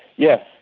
yes,